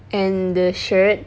and the shirt